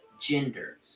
genders